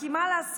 כי מה לעשות,